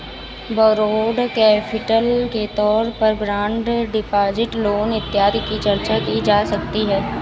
borrowed capital के तौर पर बॉन्ड डिपॉजिट लोन इत्यादि की चर्चा की जा सकती है